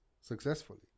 Successfully